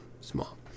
small